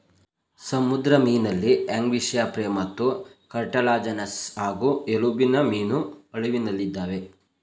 ಸಮುದ್ರ ಮೀನಲ್ಲಿ ಹ್ಯಾಗ್ಫಿಶ್ಲ್ಯಾಂಪ್ರೇಮತ್ತುಕಾರ್ಟಿಲ್ಯಾಜಿನಸ್ ಹಾಗೂ ಎಲುಬಿನಮೀನು ಅಳಿವಿನಲ್ಲಿದಾವೆ